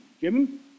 Jim